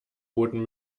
booten